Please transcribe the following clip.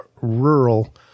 rural